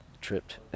tripped